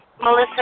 Melissa